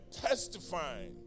testifying